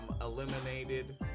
eliminated